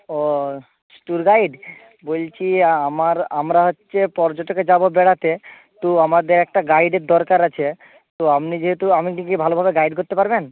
ও tour guide বলছি আমার আমরা হচ্চে পর্যটকে যাবো বেড়াতে তো আমাদের একটা গাইডের দরকার আছে তো আপনি যেহেতু আমাকে কি ভালোভাবে গাইড করতে পারবেন